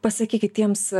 pasakykit tiems